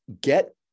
get